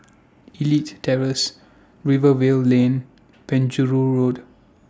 Elite Terrace Rivervale Lane Penjuru Road